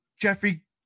Jeffrey